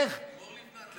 לימור לבנת.